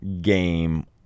game